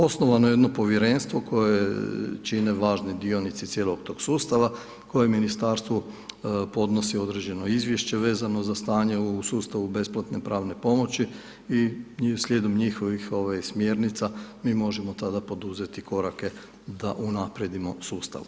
Osnovano je jedno povjerenstvo koje čine važni dionici cijelog tog sustava koje ministarstvu podnosi određeno izvješće vezano za stanje u sustavu besplatne pravne pomoći i slijedom njihovih ovaj smjernica mi možemo tada poduzeti korake da unaprijedimo sustav.